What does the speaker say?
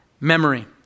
memory